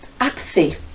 apathy